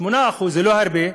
8% זה לא הרבה,